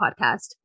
podcast